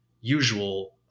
usual